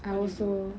I also